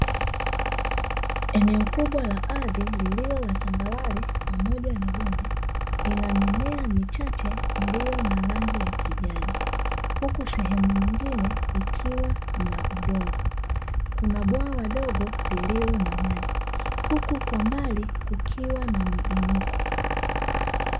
Eneo kubwa la ardhi lililo la tambarare pamoja na bonde, lina mimea michache iliyo na rangi ya kijani, huku sehemu nyingine ikiwa na udongo. Kuna bwawa dogo lililo na maji huku kwa mbali kukiwa na miinuko.